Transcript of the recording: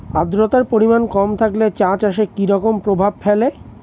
আদ্রতার পরিমাণ কম থাকলে চা চাষে কি রকম প্রভাব ফেলে?